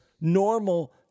normal